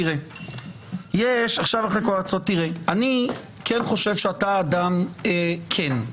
אני חושב שאתה אדם כן,